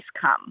come